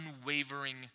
unwavering